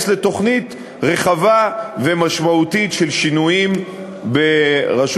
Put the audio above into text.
לתוכנית רחבה ומשמעותית של שינויים ברשות